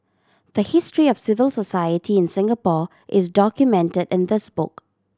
the history of civil society in Singapore is documented in this book